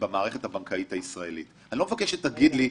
בעקבות דוח ההתערבות של בנק ישראל?